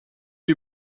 you